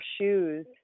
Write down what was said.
shoes